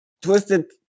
Twisted